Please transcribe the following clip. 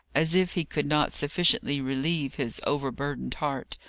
as if he could not sufficiently relieve his overburdened heart.